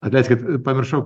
atleiskit pamiršau